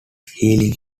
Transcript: healing